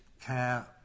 care